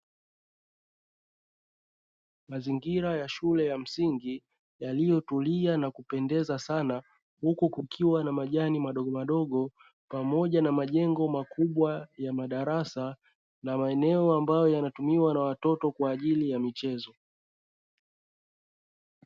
Mazingira ya shule ya msingi yaliyotulia na kupendeza sana, huku kukiwa na majani madogomadogo pamoja maeneo makubwa ya madarasa na maeneo ambayo yanatumiwa na watoto kwa ajili ya michezo.